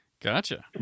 Gotcha